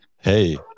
Hey